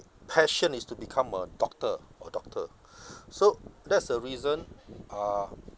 passion is to become a doctor a doctor so that's the reason uh